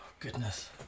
goodness